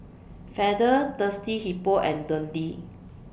Feather Thirsty Hippo and Dundee